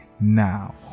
now